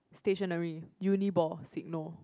stationary Uni Ball Signo